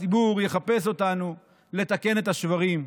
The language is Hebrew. הציבור יחפש אותנו לתקן את השברים.